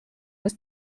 was